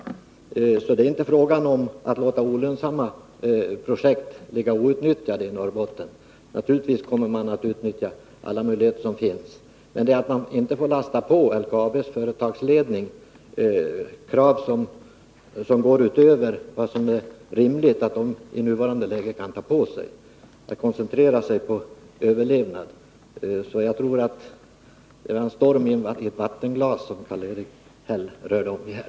Det är alltså inte fråga om att låta lönsamma projekt i Norrbotten ligga outnyttjade. Naturligtvis kommer man att utnyttja alla möjligheter som finns för att realisera sådana. Men man får inte belasta LKAB:s företagsledning med krav som går utöver vad som är rimligt för företagsledningen att åta sig i nuvarande läge, då den måste koncentrera sig på företagets överlevnad. Jag tror att det var en storm i ett vattenglas som Karl-Erik Häll rörde upp här.